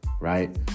right